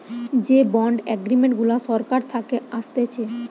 যে bond agreement গুলা সরকার থাকে আসতেছে